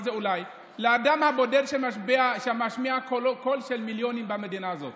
באדם הבודד שמשמיע קול של מיליונים במדינה הזאת.